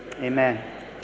amen